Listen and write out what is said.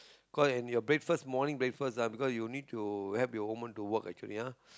breakfast your breakfast morning breakfast ah because you need to have your hormone to work actually ah